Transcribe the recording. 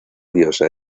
diosa